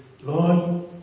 Lord